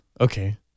Okay